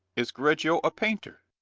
is correggio a painter?